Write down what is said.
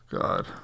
God